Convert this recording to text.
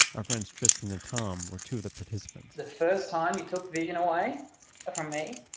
our friends tristian and tom were two of the participants the first time you look vision away from me,